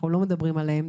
אנחנו לא מדברים עליהם.